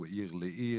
בין עיר לעיר,